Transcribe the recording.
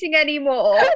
anymore